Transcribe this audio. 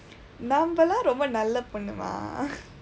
நம்ப எல்லாம் ரொம்ப நல்ல பொண்ணு மா:nampa ellaam rompa nalla ponnu maa